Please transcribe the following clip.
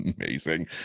amazing